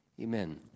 amen